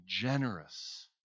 generous